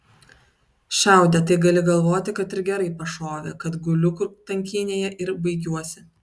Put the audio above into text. šaudė tai gali galvoti kad ir gerai pašovė kad guliu kur tankynėje ir baigiuosi